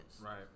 Right